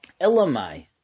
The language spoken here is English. Elamai